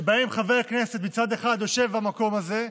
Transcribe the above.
שבהן חבר כנסת מצד אחד יושב במקום הזה,